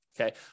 Okay